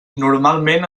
normalment